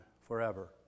forever